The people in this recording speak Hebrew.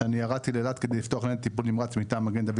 ירדתי לאילת כדי לפתוח ניידת טיפול נמרץ מטעם מגן-דוד